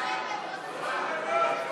חקיקה להשגת יעדי התקציב לשנות התקציב 2017 ו-2018),